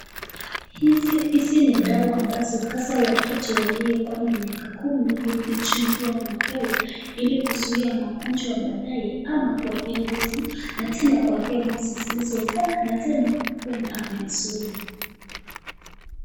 Hizi ni dawa ambazo hasaa watoto waliyekuwa na miaka kumi kurudi chini huwa wanapewa ili kuzuia magonjwa baadaye ama kuwapea nguvu na tena kuwapea ngozi zile soft na tena kuwa na afya nzuri.